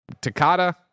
Takata